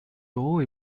d’euros